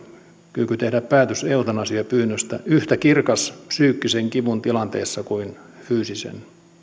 kyky tehdä päätös eutanasiapyynnöstä yhtä kirkas psyykkisen kivun tilanteessa kuin fyysisen